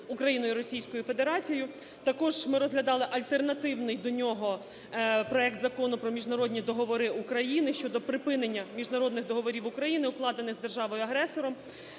Україною і Російською Федерацією. Також ми розглядали альтернативний до нього проект Закону про міжнародні договори України щодо припинення міжнародних договорів України, укладених з державою-агресором